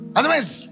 otherwise